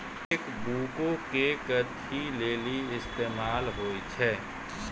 Cheque बुको के कथि लेली इस्तेमाल होय छै?